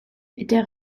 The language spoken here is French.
était